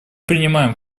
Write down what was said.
принимаем